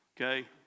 Okay